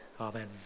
Amen